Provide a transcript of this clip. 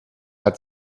hat